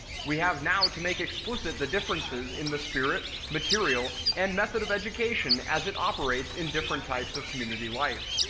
we have now to make explicit the differences in the spirit, material, and method of education as it operates in different types of community life.